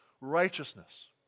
righteousness